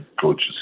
coaches